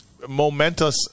Momentous